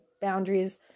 boundaries